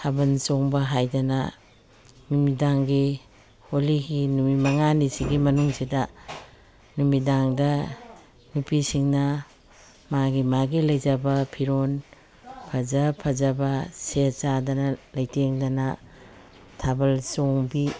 ꯊꯥꯕꯜ ꯆꯣꯡꯕ ꯍꯥꯏꯗꯅ ꯅꯨꯃꯤꯗꯥꯡꯒꯤ ꯍꯣꯂꯤꯒꯤ ꯅꯨꯃꯤꯠ ꯃꯉꯥꯅꯤꯁꯤꯒꯤ ꯃꯅꯨꯡꯁꯤꯗ ꯅꯨꯃꯤꯗꯥꯡꯗ ꯅꯨꯄꯤꯁꯤꯡꯅ ꯃꯥꯒꯤ ꯃꯥꯒꯤ ꯂꯩꯖꯕ ꯐꯤꯔꯣꯟ ꯐꯖ ꯐꯖꯕ ꯁꯦꯠ ꯆꯥꯗꯅ ꯂꯩꯇꯦꯡꯗꯅ ꯊꯥꯕꯜ ꯆꯣꯡꯕꯤ